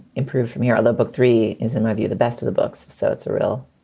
improved from here. the book three is, in my view, the best of the books so it's a real,